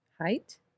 Height